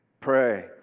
Pray